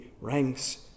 ranks